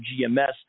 GMS